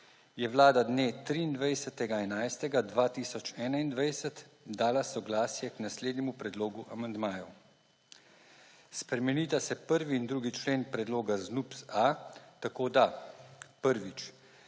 je Vlada dne 23. 11. 2021 dala soglasje k naslednjemu predlogu amandmajev: spremenita se 1. in 2. člen predloga ZNUPZ-A, tako da, prvič,